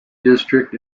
district